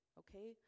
okay